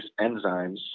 enzymes